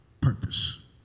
purpose